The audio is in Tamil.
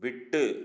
விட்டு